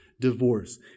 divorce